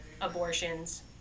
abortions